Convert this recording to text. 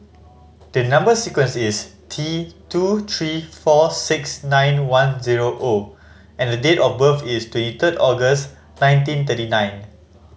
the number sequence is T two three four six nine one zero O and the date of birth is twenty third August nineteen thirty nine